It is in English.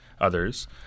others